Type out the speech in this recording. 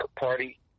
party